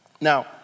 Now